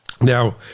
Now